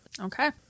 Okay